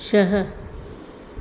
छह